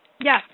Yes